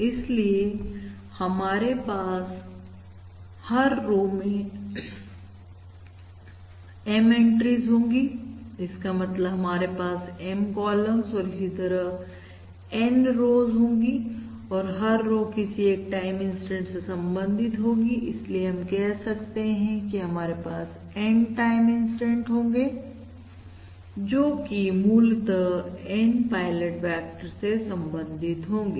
इसलिए हमारे पास हर रो में M एंट्रीज होगी इसका मतलब हमारे पास M कॉलमस और इसी तरह N रोज होंगी और हर रो किसी एक टाइम इंस्टेंट से संबंधित होगी इसलिए हम कह सकते हैं कि हमारे पास N टाइम इंस्टेंट होंगे जो की मूलतः N पायलट वेक्टर से संबंधित होंगे